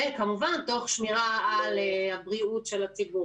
וכמובן תוך שמירה על הבריאות של הציבור